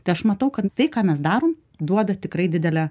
tai aš matau kad tai ką mes darom duoda tikrai didelę